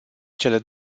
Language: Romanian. cele